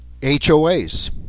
HOAs